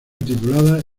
titulada